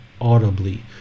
audibly